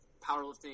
powerlifting